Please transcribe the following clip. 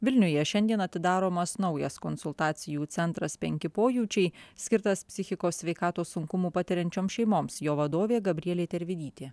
vilniuje šiandien atidaromas naujas konsultacijų centras penki pojūčiai skirtas psichikos sveikatos sunkumų patiriančioms šeimoms jo vadovė gabrielė tervidytė